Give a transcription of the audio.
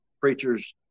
preachers